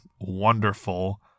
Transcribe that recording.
wonderful